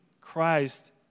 Christ